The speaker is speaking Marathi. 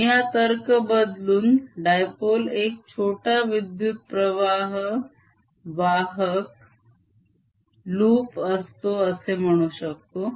मी हा तर्क बदलून dipole एक छोटा विद्युतप्रवाह वाहक loop असतो असे म्हणू शकतो